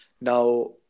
now